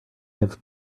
have